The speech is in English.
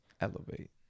Elevate